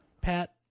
Pat